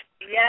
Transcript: Yes